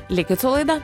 likit su laida